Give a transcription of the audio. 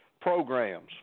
Programs